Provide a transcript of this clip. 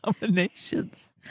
nominations